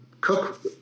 cook